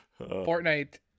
fortnite